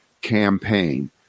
campaign